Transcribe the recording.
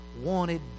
wanted